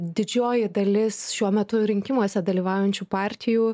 didžioji dalis šiuo metu rinkimuose dalyvaujančių partijų